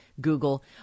Google